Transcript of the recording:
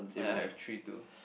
I I have tree too